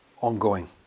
ongoing